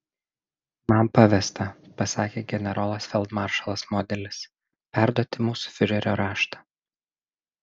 man pavesta pasakė generolas feldmaršalas modelis perduoti mūsų fiurerio raštą